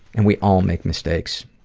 and we all make mistakes,